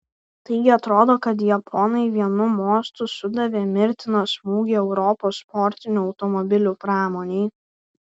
taigi atrodo kad japonai vienu mostu sudavė mirtiną smūgį europos sportinių automobilių pramonei